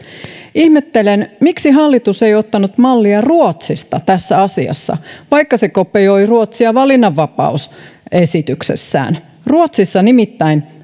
ihmettelen miksi hallitus ei ottanut mallia ruotsista tässä asiassa vaikka se kopioi ruotsia valinnanvapausesityksessään ruotsissa nimittäin